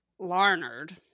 larnard